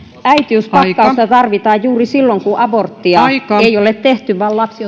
äitiyspakkausta tarvitaan juuri silloin kun aborttia ei ole tehty vaan lapsi